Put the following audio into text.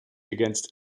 against